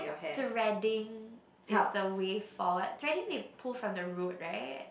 threading is the way forward threading they pull from the root right